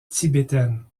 tibétaine